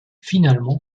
finalement